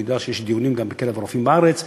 אני יודע שיש דיונים גם בקרב הרופאים בארץ.